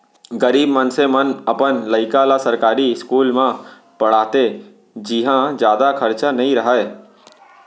गरीब मनसे मन अपन लइका ल सरकारी इस्कूल म पड़हाथे जिंहा जादा खरचा नइ रहय